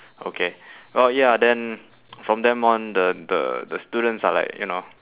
okay well ya then from then on the the the students are like you know